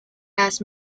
las